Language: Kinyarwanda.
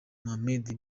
mohammed